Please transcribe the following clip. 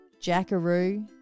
Jackaroo